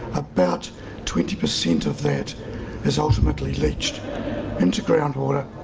about twenty percent of that is ultimately leached into groundwater,